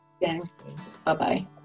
Bye-bye